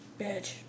bitch